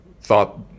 thought